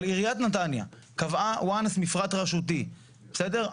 אבל עיריית נתניה קבעה once מפרט רשותי, בסדר?